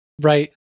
Right